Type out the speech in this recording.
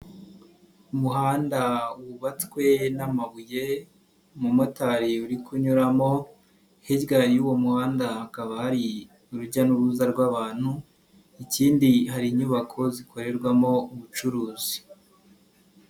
Umuhanda wubatswe n'amabuye umumotari uri kunyuramo hirya y'uwo muhanda hakaba hari urujya n'uruza rw'abantu, ikindi hari inyubako zikorerwamo ubucuruzi.